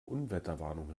unwetterwarnung